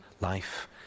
life